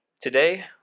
Today